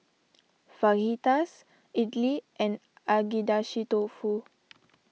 Fajitas Idili and Agedashi Dofu